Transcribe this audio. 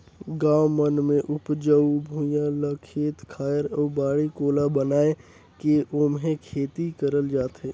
गाँव मन मे उपजऊ भुइयां ल खेत खायर अउ बाड़ी कोला बनाये के ओम्हे खेती करल जाथे